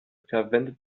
verwendet